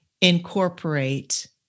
incorporate